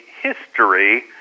history